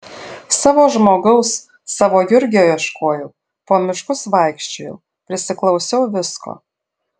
savo žmogaus savo jurgio ieškojau po miškus vaikščiojau prisiklausiau visko